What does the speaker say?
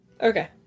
Okay